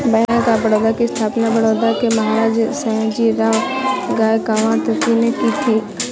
bank of Baroda की स्थापना बड़ौदा के महाराज सयाजीराव गायकवाड तृतीय ने की थी